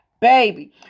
baby